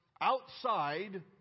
outside